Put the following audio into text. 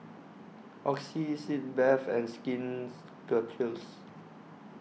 Oxy Sitz Bath and Skin Ceuticals